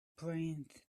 brains